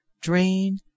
drain